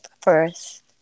first